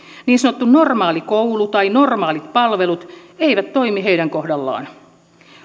niin sanottu normaali koulu tai normaalit palvelut eivät toimi heidän kohdallaan